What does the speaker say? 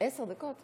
עשר דקות?